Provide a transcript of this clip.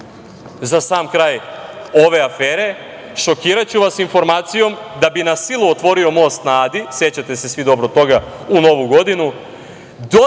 za sam kraj ove afere, šokiraću vas informaciju, da bi na silu otvorio most na Adi, sećate se svi toga, u Novu godinu,